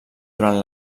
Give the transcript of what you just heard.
durant